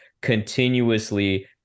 continuously